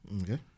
Okay